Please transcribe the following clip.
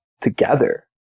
together